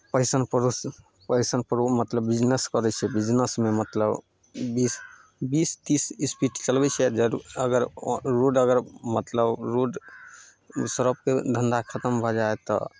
passion pro से passion pro मतलब business करै छियै बिजनेसमे मतलब बीस बीस तीस स्पीड चलबै छियै अगर अगर रोड अगर मतलब रोड ओहि सड़कपे धन्धा खतम भऽ जाइ हइ तऽ